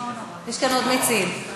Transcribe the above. יש כאן עוד מציעים.